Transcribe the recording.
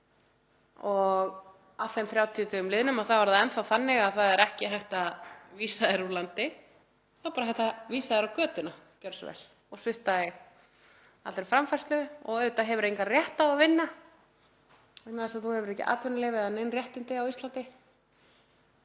og að þeim 30 dögum liðnum er það enn þá þannig að það er ekki hægt að vísa þér úr landi þá er bara hægt að vísa þér á götuna, gjörðu svo vel, og svipta þig allri framfærslu. Auðvitað hefur þú engan rétt á að vinna vegna þess að þú hefur ekki atvinnuleyfi eða nein réttindi á Íslandi